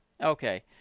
Okay